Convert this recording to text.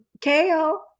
kale